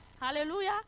Hallelujah